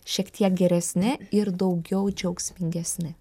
šiek tiek geresni ir daugiau džiaugsmingesni